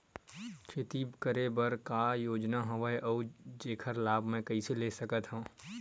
खेती करे बर का का योजना हवय अउ जेखर लाभ मैं कइसे ले सकत हव?